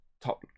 top